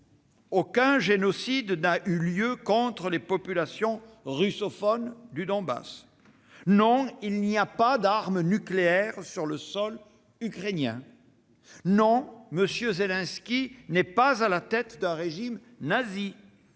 aucun génocide n'a eu lieu contre les populations russophones du Donbass. Non, il n'y a pas d'armes nucléaires sur le sol ukrainien. Non, M. Zelensky n'est pas à la tête d'un régime nazi,